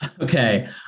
Okay